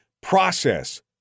process